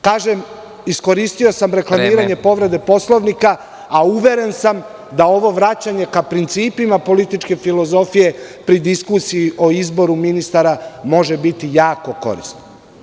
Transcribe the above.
Kažem, iskoristio sam reklamiranje povrede Poslovnika, a uveren sam da ovo vraćanje ka principima političke filozofije pri diskusiji o izboru ministara, može biti jako korisno.